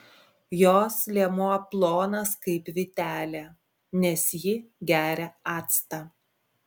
jos liemuo plonas kaip vytelė nes ji geria actą